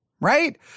right